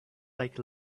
like